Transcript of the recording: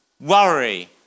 worry